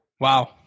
wow